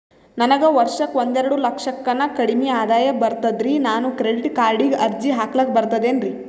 ನನಗ ವರ್ಷಕ್ಕ ಒಂದೆರಡು ಲಕ್ಷಕ್ಕನ ಕಡಿಮಿ ಆದಾಯ ಬರ್ತದ್ರಿ ನಾನು ಕ್ರೆಡಿಟ್ ಕಾರ್ಡೀಗ ಅರ್ಜಿ ಹಾಕ್ಲಕ ಬರ್ತದೇನ್ರಿ?